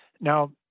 Now